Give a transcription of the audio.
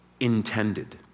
Intended